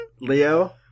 leo